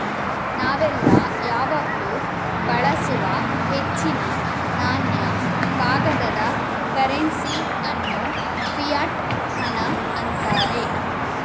ನಾವೆಲ್ಲ ಯಾವಾಗ್ಲೂ ಬಳಸುವ ಹೆಚ್ಚಿನ ನಾಣ್ಯ, ಕಾಗದದ ಕರೆನ್ಸಿ ಅನ್ನು ಫಿಯಟ್ ಹಣ ಅಂತಾರೆ